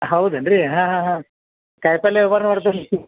ಹೌದೇನು ರೀ ಹಾಂ ಹಾಂ ಹಾಂ ಕಾಯಿ ಪಲ್ಯೆ ವ್ಯವಾರ ಮಾಡ್ತೇನೆ